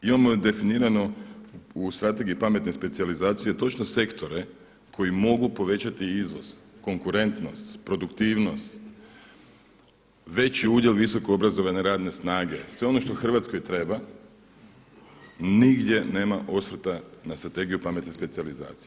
Imamo definiramo u Strategiji pametne specijalizacije točno sektore koji mogu povećati izvoz, konkurentnost, produktivnost, veći udjel visoko obrazovane radne snage, sve ono što Hrvatskoj treba – nigdje nema osvrta na Strategiju pametne specijalizacije.